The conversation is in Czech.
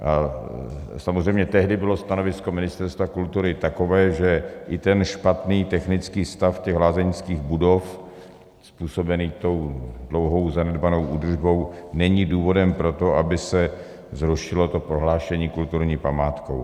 A samozřejmě tehdy bylo stanovisko Ministerstva kultury takové, že i ten špatný technický stav lázeňských budov způsobený dlouhou zanedbanou údržbou není důvodem pro to, aby se zrušilo to prohlášení kulturní památkou.